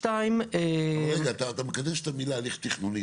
שתיים --- אתה מקדש את המילה: הליך תכנוני.